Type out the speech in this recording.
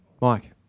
Mike